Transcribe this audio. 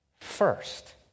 first